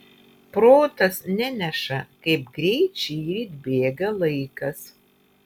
protas neneša kaip greit šįryt bėga laikas